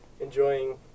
enjoying